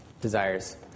desires